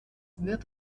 wird